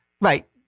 right